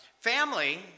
family